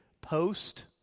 Post